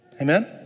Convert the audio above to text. Amen